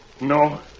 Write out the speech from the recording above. No